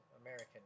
American